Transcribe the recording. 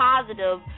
positive